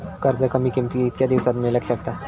कर्ज कमीत कमी कितक्या दिवसात मेलक शकता?